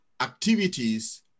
activities